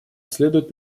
следует